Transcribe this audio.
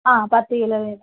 ആ പത്തുകിലോ വീതം